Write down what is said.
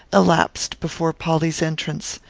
elapsed before polly's entrance.